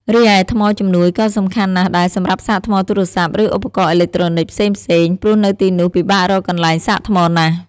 រីឯ ថ្មជំនួយ ក៏សំខាន់ណាស់ដែរសម្រាប់សាកថ្មទូរស័ព្ទ ឬឧបករណ៍អេឡិចត្រូនិកផ្សេងៗ ព្រោះនៅទីនោះពិបាករកកន្លែងសាកថ្មណាស់។